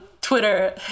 Twitter